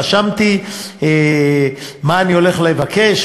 רשמתי מה אני הולך לבקש,